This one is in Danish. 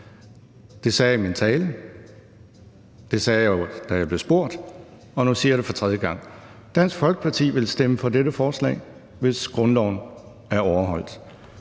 Det sagde jeg i min tale, det sagde jeg, da jeg blev spurgt, og nu siger jeg det for tredje gang. Dansk Folkeparti vil stemme for dette forslag, hvis grundloven er overholdt.